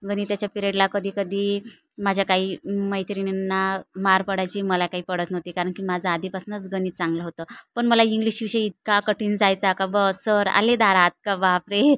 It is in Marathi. गणिताच्या पिरेडला कधी कधी माझ्या काही मैत्रिणींना मार पडायची मला काही पडत नव्हते कारण की माझा आधीपासूनच गणित चांगलं होतं पण मला इंग्लिश विषय इतका कठीण जायचा का ब सर आले दारात का बापरे